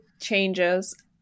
changes